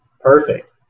Perfect